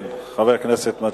כן, חבר הכנסת מג'אדלה.